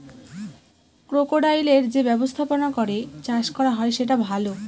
ক্রোকোডাইলের যে ব্যবস্থাপনা করে চাষ করা হয় সেটা ভালো